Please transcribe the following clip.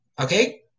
okay